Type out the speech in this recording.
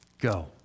Go